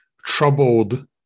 troubled